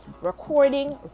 recording